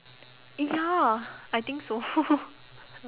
ya I think so